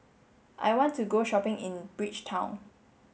I want to go shopping in Bridgetown